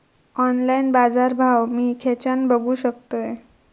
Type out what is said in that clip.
Online बाजारभाव मी खेच्यान बघू शकतय?